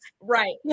Right